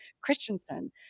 Christensen